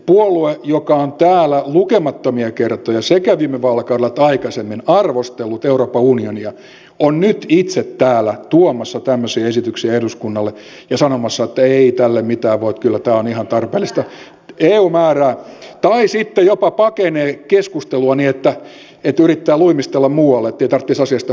puolue joka on täällä lukemattomia kertoja sekä viime vaalikaudella että aikaisemmin arvostellut euroopan unionia on nyt itse täällä tuomassa tämmöisiä esityksiä eduskunnalle ja sanomassa että ei tälle mitään voi että kyllä tämä on ihan tarpeellista eu määrää tai sitten jopa pakenee keskustelua niin että yrittää luimistella muualle ettei tarvitsisi asiasta puhua ollenkaan